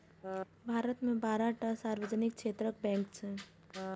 भारत मे बारह टा सार्वजनिक क्षेत्रक बैंक छै